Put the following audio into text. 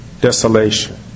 desolation